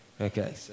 Okay